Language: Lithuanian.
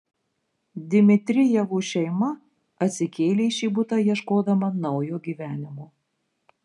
dmitrijevų šeima atsikėlė į šį butą ieškodama naujo gyvenimo